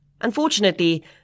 Unfortunately